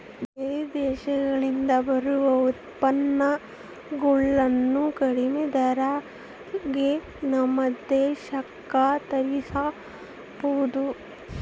ಬೇರೆ ದೇಶಗಳಿಂದ ಬರೊ ಉತ್ಪನ್ನಗುಳನ್ನ ಕಡಿಮೆ ತೆರಿಗೆಗೆ ನಮ್ಮ ದೇಶಕ್ಕ ತರ್ಸಿಕಬೊದು